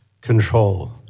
control